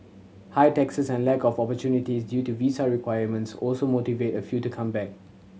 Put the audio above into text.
high taxes and lack of opportunities due to visa requirements also motivate a few to come back